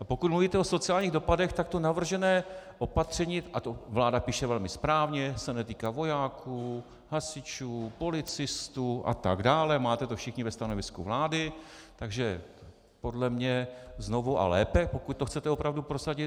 Pokud mluvíte o sociálních dopadech, tak to navržené opatření a to vláda píše velmi správně se netýká vojáků, hasičů, policistů atd., máte to všichni ve stanovisku vlády, takže podle mě znovu a lépe, pokud to chcete opravdu prosadit.